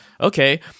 okay